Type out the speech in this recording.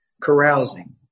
carousing